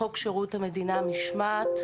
חוק שירות המדינה (משמעת)